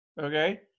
Okay